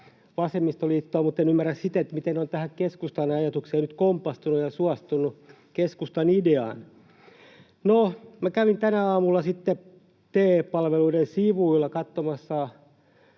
vasemmistoliittoa, mutten ymmärrä sitä, miten ne ovat tähän keskustan ajatukseen nyt kompastuneet ja suostuneet keskustan ideaan. No, minä kävin tänä aamuna TE-palveluiden sivuilla katsomassa